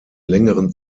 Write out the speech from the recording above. längeren